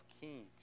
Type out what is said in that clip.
kings